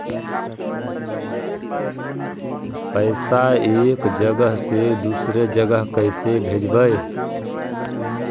पैसा एक जगह से दुसरे जगह कैसे भेजवय?